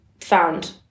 found